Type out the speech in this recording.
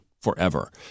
forever